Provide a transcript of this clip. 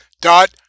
dot